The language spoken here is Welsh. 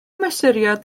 mesuriad